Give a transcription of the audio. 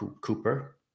Cooper